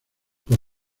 por